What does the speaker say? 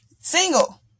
single